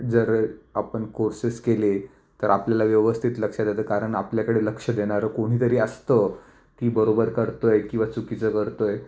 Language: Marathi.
जर आपण कोर्सेस केले तर आपल्याला व्यवस्थित लक्षात येतं कारण आपल्याकडे लक्ष देणारं कोणीतरी असतं ती बरोबर करतो आहे किंवा चुकीचं करतो आहे